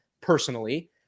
personally